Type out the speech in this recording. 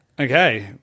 okay